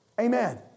Amen